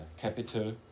capital